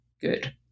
good